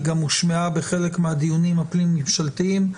היא גם הושמעה בחלק מהדיונים הפנים ממשלתיים.